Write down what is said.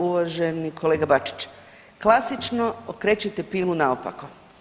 Uvaženi kolega Bačić, klasično okrećete pilu naopako.